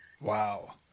Wow